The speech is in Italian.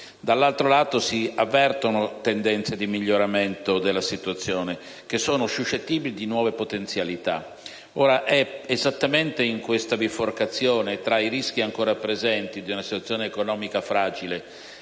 Dall'altro lato, si avvertono tendenze di miglioramento della situazione suscettibili di nuove potenzialità. È esattamente in questa biforcazione fra i rischi ancora presenti di una situazione economica fragile